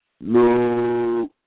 No